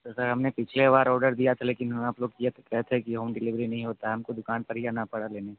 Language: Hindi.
तो सर हमने पिछले बार ऑर्डर दिया था लेकिन हमें आप लोग किए थे कहे थे कि होम डिलीवरी नहीं होता है हमको दुकान पर ही आना पड़ा लेने